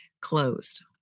closed